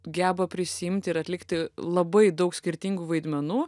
geba prisiimti ir atlikti labai daug skirtingų vaidmenų